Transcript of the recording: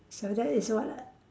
so that is what